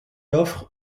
offre